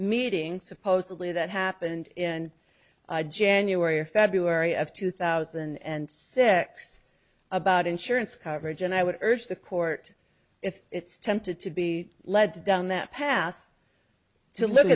meeting supposedly that happened in january or february of two thousand and six about insurance coverage and i would urge the court if it's tempted to be led down that path to look